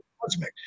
cosmic